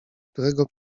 którego